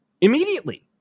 immediately